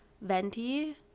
venti